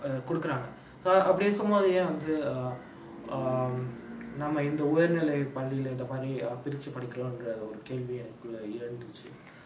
err குடுக்குறாங்க அப்டி இருக்கு மோது ஏன் வந்து:kudukkuraanga apdi irukku mothu yaen vanthu err um நம்ம இந்த உயர்நிலை பள்ளில இந்தமாரி பிரிச்சு படிக்கிறோன்ற ஒரு கேள்வி எனக்குள்ள எழுந்துச்சு:namma intha uyarnilai pallila inthamaari pirichu padikkironra oru kelvi enakkulla elunthuchu